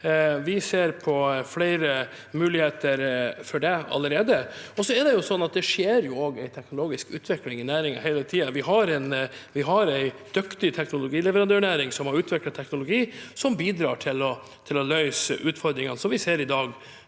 Vi ser på flere muligheter for det allerede. Det skjer også en teknologisk utvikling i næringen hele tiden. Vi har en dyktig teknologileverandørnæring som har utviklet teknologi som bidrar til å løse utfordringene vi i dag